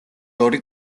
ორი